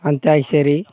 antakshari